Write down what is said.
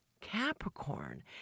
Capricorn